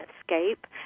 escape